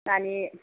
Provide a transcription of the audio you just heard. नानि